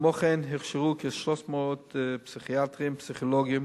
כמו כן, הוכשרו כ-300 פסיכיאטרים, פסיכולוגים